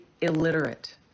illiterate